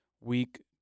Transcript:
week